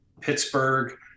Pittsburgh